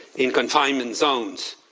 in confinement zones,